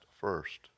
first